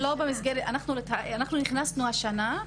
אנחנו נכנסנו השנה.